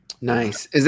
Nice